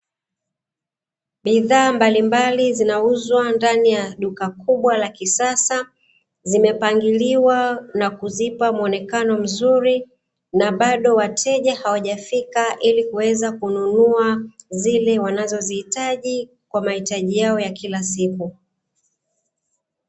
Bidhaa mbalimbali zinauzwa ndani ya duka kubwa la kisasa, zimepangiliwa na kuzipa muonekano mzuri na bado wateja hawajafika ili kuweza kununua zile wanazozihitaji kwa mahitaji yao ya kila siku.